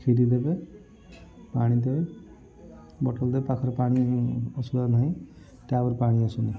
କ୍ଷିରି ଦେବେ ପାଣି ଦେବେ ବଟଲ୍ ଦେବେ ପାଖରେ ପାଣି ନାହିଁ ଟ୍ୟାପ୍ରେ ପାଣି ଆସୁନି